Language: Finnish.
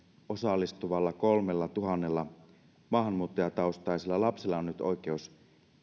osallistuvalla kolmellatuhannella maahanmuuttajataustaisella lapsella on nyt oikeus